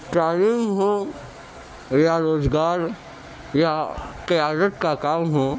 تعلیم ہو یا روزگار یا قیادت کا کام ہو